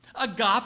agape